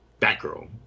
Batgirl